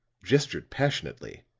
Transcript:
gestured passionately,